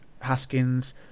Haskins